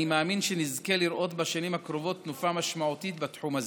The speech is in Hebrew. אני מאמין שנזכה לראות בשנים הקרובות תנופה משמעותית בתחום הזה.